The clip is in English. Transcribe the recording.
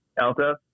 Alta